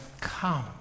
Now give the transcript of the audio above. come